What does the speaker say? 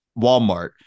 Walmart